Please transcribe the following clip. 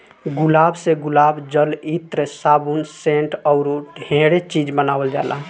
गुलाब से गुलाब जल, इत्र, साबुन, सेंट अऊरो ढेरे चीज बानावल जाला